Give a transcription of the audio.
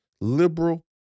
liberal